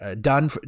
done